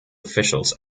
officials